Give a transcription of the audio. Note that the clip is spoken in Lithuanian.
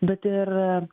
bet ir